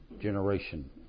generation